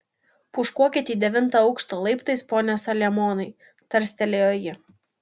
pūškuokit į devintą aukštą laiptais pone saliamonai tarstelėjo ji